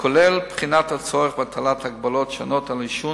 כולל בחינת הצורך בהטלת הגבלות שונות על העישון,